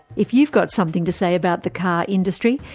if you've got something to say about the car industry,